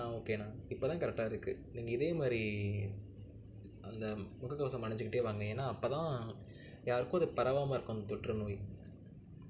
ஆ ஓகேண்ணா இப்போ தான் கரெக்டாருக்கு நீங்கள் இதே மாதிரி அந்த முகக்கவசம் அணிந்துக்கிட்டே வாங்க ஏன்னா அப்போ தான் யாருக்கும் அது பரவாமலிருக்கும் அந்த தொற்றுநோய்